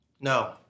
No